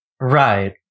right